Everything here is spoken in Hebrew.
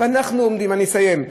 אני אסיים.